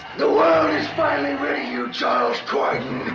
the world is finally rid you charles croydon